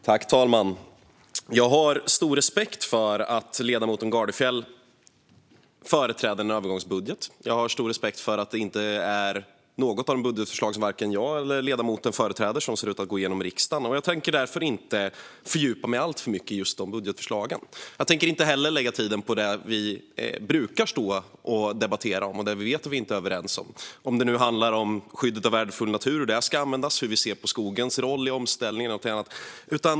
Fru talman! Jag har stor respekt för att ledamoten Gardfjell företräder en övergångsbudget. Jag har stor respekt för att det inte är något av budgetförslagen som jag och ledamoten företräder som ser ut att gå igenom i riksdagen. Jag tänker därför inte fördjupa mig alltför mycket i de budgetförslagen. Jag tänker inte heller lägga tid på det som vi brukar debattera om och som vi inte brukar vara överens om. Det gäller skyddet av värdefull natur och hur vi ser på skogens roll i omställningen.